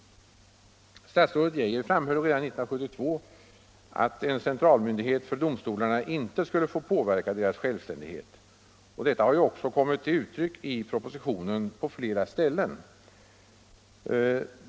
Statsrådet Geijer framhöll redan 1972 att en centralmyndighet för domstolarna inte skulle påverka deras självständighet. Detta har ju också kommit till uttryck i propositionen på flera ställen.